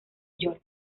york